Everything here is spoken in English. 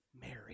Mary